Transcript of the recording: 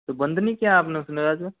तो बंद नहीं किया आपने